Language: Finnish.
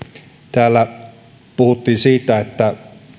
täällä puhuttiin siitä että